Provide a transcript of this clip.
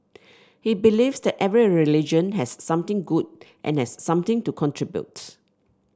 he believes that every religion has something good and has something to contribute